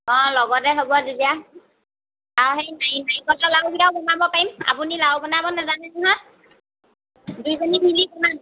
লগতে হ'ব তেতিয়া হেৰি নাৰিকলৰ লাড়ু কেইটাও বনাব পাৰিম আপুনি লাড়ু বনাব নাজানে নহয় দুইজনী মিলি বনাম